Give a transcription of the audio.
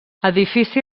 edifici